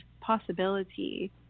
possibility